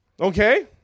Okay